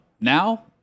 Now